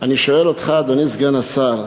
אני שואל אותך, אדוני סגן השר,